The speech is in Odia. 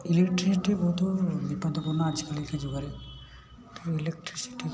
ଇଲେକ୍ଟ୍ରିସିଟି ବହୁତ ବିପଦପୂର୍ଣ୍ଣ ଆଜିକାଲିକା ଯୁଗରେ ତେଣୁ ଇଲେକ୍ଟ୍ରିସିଟିକୁ